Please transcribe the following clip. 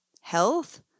health